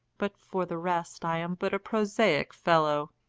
but for the rest i am but a prosaic fellow,